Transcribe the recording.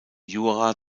jura